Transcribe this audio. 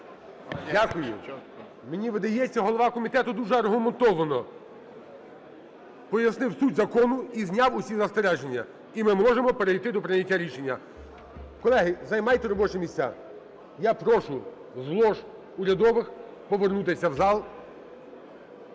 Дякую. Мені видається, голова комітету дуже аргументовано пояснив суть закону і зняв всі застереження, і ми можемо перейти до прийняття рішення. Колеги, займайте робочі місця, я прошу з лож урядових повернутися в зал